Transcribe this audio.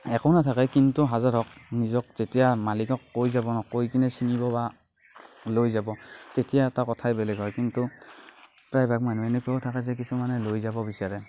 একো নাথাকে কিন্তু হাজাৰ হওক নিজক যেতিয়া মালিকক কৈ যাব ন কৈ কেনে ছিঙিব বা লৈ যাব তেতিয়া এটা কথাই বেলেগ হয় কিন্তু প্ৰায় ভাগ মানুহ এনেকুৱাও থাকে যে কিছুমানে লৈ যাব বিচাৰে